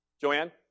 Joanne